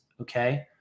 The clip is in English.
Okay